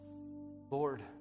Lord